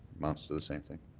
amounts to the same thing?